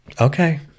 Okay